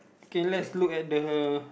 okay let's look at the